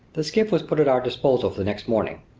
the skiff was put at our disposal for the next morning.